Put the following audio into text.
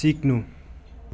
सिक्नु